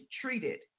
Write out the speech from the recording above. treated